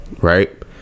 right